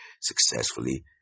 successfully